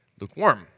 lukewarm